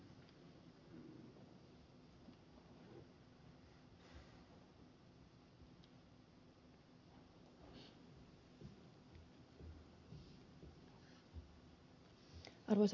arvoisa puhemies